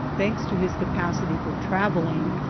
thanks to his capacity for travelling,